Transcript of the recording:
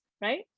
right